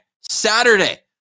saturday